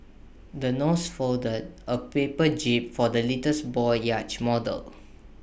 the nurse folded A paper jib for the little boy's yacht model